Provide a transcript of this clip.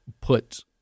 put